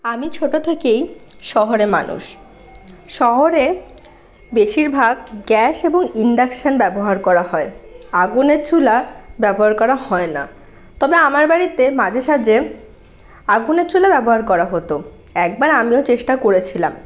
আমি ছোট থেকেই শহরে মানুষ শহরে বেশিরভাগ গ্যাস এবং ইন্ডাকশন ব্যবহার করা হয় আগুনের চুলা ব্যবহার করা হয় না তবে আমার বাড়িতে মাঝে সাঝে আগুনের চুলা ব্যবহার করা হতো একবার আমিও চেষ্টা করেছিলাম